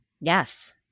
Yes